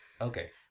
Okay